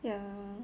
yeah